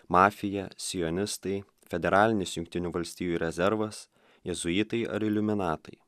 mafija sionistai federalinis jungtinių valstijų rezervas jėzuitai ar iliuminatai